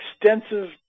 extensive